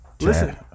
Listen